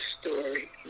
story